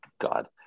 God